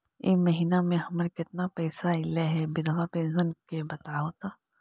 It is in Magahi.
इ महिना मे हमर केतना पैसा ऐले हे बिधबा पेंसन के बताहु तो?